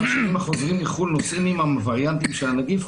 שאם החוזרים מחו"ל נושאים עמם וריאנטים של הנגיף,